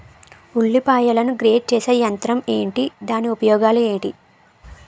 ఉల్లిపాయలను గ్రేడ్ చేసే యంత్రం ఏంటి? దాని ఉపయోగాలు ఏంటి?